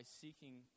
seeking